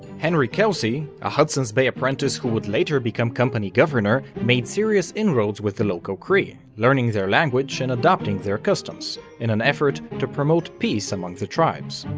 henry kelsey, a hudson's bay apprentice who would later become company governor, made serious inroads with the local cree, learning their language and adopting their customs, in an effort to promote peace among the tribes.